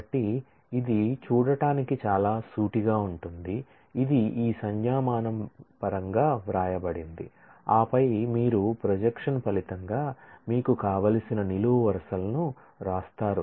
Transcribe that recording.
కాబట్టి ఇది చూడటానికి చాలా సూటిగా ఉంటుంది ఇది ఈ సంజ్ఞామానం పరంగా వ్రాయబడింది ఆపై మీరు ప్రొజెక్షన్ ఫలితంగా మీకు కావలసిన నిలువు వరుసలను వ్రాస్తారు